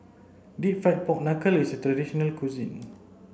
deep fried pork knuckle is a traditional local cuisine